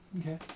Okay